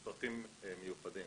אז הכרטיסים הם הרבה יותר